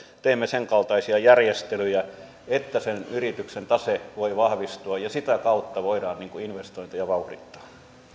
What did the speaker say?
teemme senkaltaisia järjestelyjä että sen yrityksen tase voi vahvistua ja sitä kautta voidaan investointeja vauhdittaa